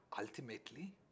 Ultimately